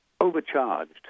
Overcharged